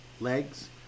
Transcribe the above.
legs